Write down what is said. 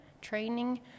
training